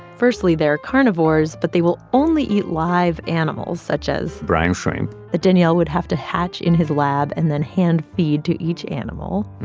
firstly, they're carnivores, but they will only eat live animals such as. brine shrimp. that daniel would have to hatch in his lab and then hand feed to each animal.